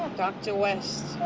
um dr. west.